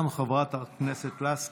חברת הכנסת לסקי,